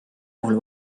puhul